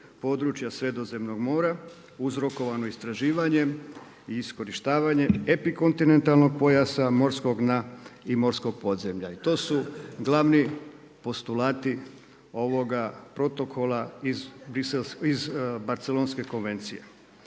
područja Sredozemnog mora uzrokovano istraživanjem i iskorišavanje epikontinentalnog pojasa morskog dna i morskog podzemlja. I to su glavni postulati ovoga protokola iz Barcelonske konvencije.